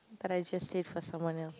but I just say for someone else